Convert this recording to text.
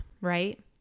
right